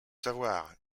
savoir